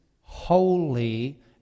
holy